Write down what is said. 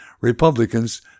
Republicans